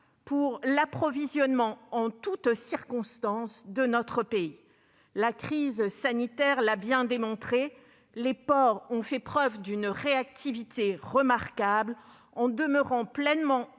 pour l'approvisionnement en toutes circonstances de notre pays. La crise sanitaire l'a bien montré. En effet, les ports ont fait preuve d'une réactivité remarquable en demeurant pleinement